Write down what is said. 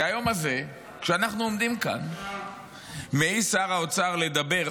וביום הזה, כשאנחנו עומדים כאן, מעז שר האוצר לדבר